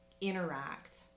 interact